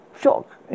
shock